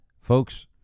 folks